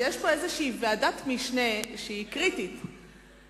כשיש פה איזו ועדת משנה שהיא קריטית,